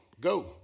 go